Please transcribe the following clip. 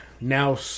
now